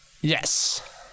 yes